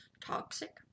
toxic